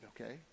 okay